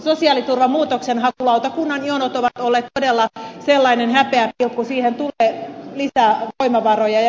sosiaaliturvan muutoksenhakulautakunnan jonot ovat olleet todella häpeäpilkku niihin tulee lisää voimavaroja